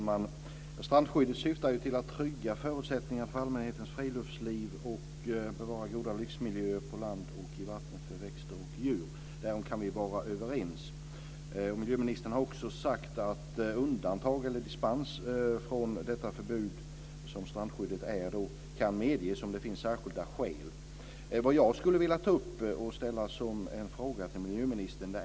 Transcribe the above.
Fru talman! Strandskyddet syftar till att trygga förutsättningarna för allmänhetens friluftsliv och till att bevara goda livsmiljöer på land och i vattnet för växter och djur. Därom kan vi vara överens. Miljöministern har också sagt att dispens från det förbud som strandskyddet är kan medges om det finns särskilda skäl. Jag skulle vilja ta upp en sak, och ställa en fråga till miljöministern.